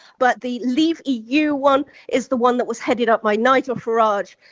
but the leave. eu one is the one that was headed up my nigel farage,